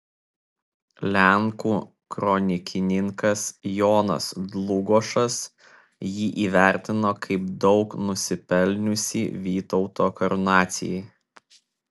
lenkų kronikininkas jonas dlugošas jį įvertino kaip daug nusipelniusį vytauto karūnacijai